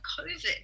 COVID